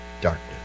darkness